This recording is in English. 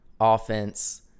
offense